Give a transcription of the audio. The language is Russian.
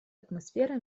атмосфера